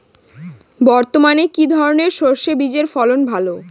বর্তমানে কি ধরনের সরষে বীজের ফলন ভালো?